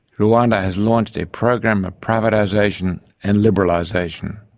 rwanda has launched a program of privatisation and liberalisation.